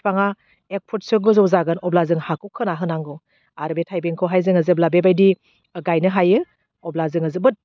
फिफांआ एक फुटसो गोजौ जागोन अब्ला जों हाखौ खोना होनांगौ आरो बे थाइबेंखौहाय जोङो जेब्ला बेबायदि गायनो हायो अब्ला जोङो जोबोद